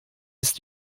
ist